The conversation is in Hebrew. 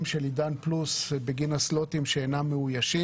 של עידן פלוס בגין הסלוטים שאינם מאוישים.